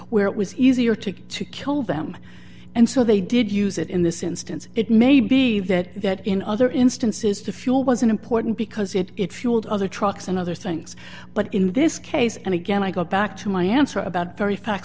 where it was easier to to kill them and so they did use it in this instance it may be that in other instances the fuel was an important because it it fueled other trucks and other thanks but in this case and again i go back to my answer about very fact